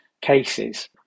cases